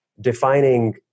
defining